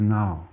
now